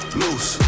loose